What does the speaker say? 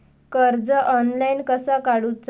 कर्ज ऑनलाइन कसा काडूचा?